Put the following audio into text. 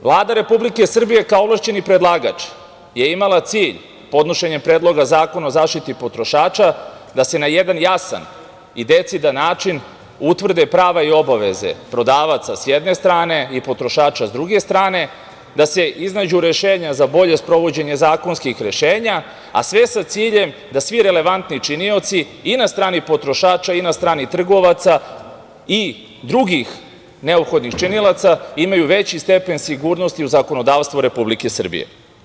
Vlada Republike Srbije, kao ovlašćeni predlagač, je imala cilj podnošenjem Predloga zakona o zaštiti potrošača da se na jedan jasan i decidan način utvrde prava i obaveze prodavaca, sa jedne strane, i potrošača, sa druge strane, da se iznađu rešenja za bolje sprovođenje zakonskih rešenja, a sve sa ciljem da svi relevatni činioci i na strani potrošača i na strani trgovaca i drugih neophodnih činilaca imaju veći stepen sigurnosti u zakonodavstvu Republike Srbije.